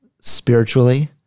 spiritually